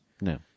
No